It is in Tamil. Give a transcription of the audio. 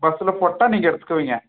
பஸ்ஸில் போட்டால் நீங்கள் எடுத்துக்குவீங்க